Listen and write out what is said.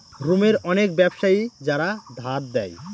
রোমের অনেক ব্যাবসায়ী যারা ধার দেয়